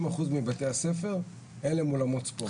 אחוז מבתי הספר אין להם אולמות ספורט.